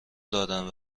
دادن